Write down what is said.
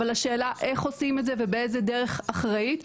אבל השאלה איך עושים את זה ובאיזה דרך אחראית,